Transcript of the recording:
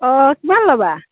অঁ কিমান ল'বা